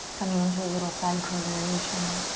coming into a little side crow variation.